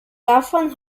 davon